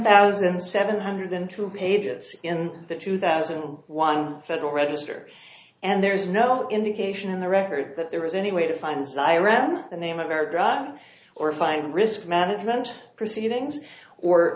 thousand seven hundred and two pages in the two thousand and one federal register and there's no indication in the record that there was any way to finds iran the name of our drive or find the risk management proceedings or